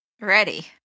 Ready